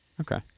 Okay